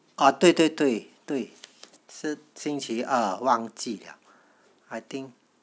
oh 对对对对是星期二忘记了 I think